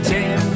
Tim